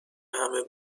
همه